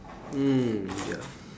mm ya